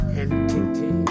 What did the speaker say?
entity